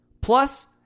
Plus